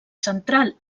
central